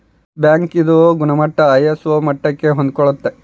bank ಇಂದು ಗುಣಮಟ್ಟ ISO ಮಟ್ಟಕ್ಕೆ ಹೊಂದ್ಕೊಳ್ಳುತ್ತ